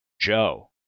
Joe